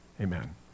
Amen